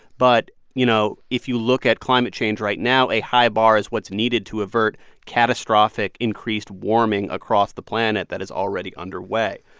but, you know, if you look at climate change right now, a high bar is what's needed to avert catastrophic increased warming across the planet that is already underway.